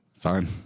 Fine